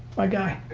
my guy.